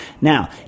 Now